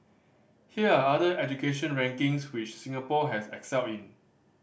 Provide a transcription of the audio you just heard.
here are other education rankings which Singapore has excelled in